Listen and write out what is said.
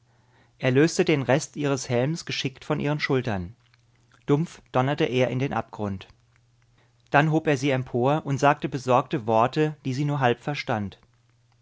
er löste den rest ihres helmes geschickt von ihren schultern dumpf donnerte er in den abgrund dann hob er sie empor und sagte besorgte worte die sie nur halb verstand